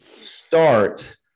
start